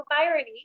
irony